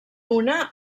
una